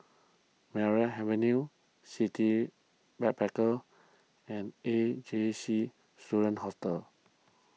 Merryn Avenue City Backpackers and A J C Student Hostel